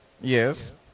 Yes